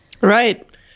Right